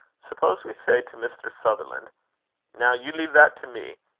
suppose we say to mr. sutherland now, you leave that to me.